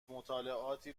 مطالعاتی